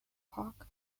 park